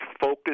focus